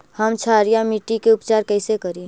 हम क्षारीय मिट्टी के उपचार कैसे करी?